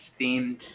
themed